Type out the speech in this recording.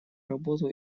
работу